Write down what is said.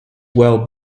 well